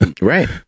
Right